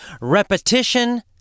Repetition